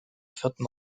vierten